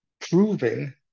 proving